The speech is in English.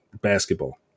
basketball